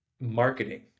marketing